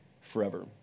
forever